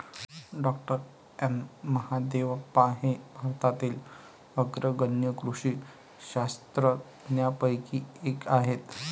डॉ M Mahadevappa हे भारतातील अग्रगण्य कृषी शास्त्रज्ञांपैकी एक आहेत